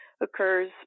occurs